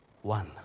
one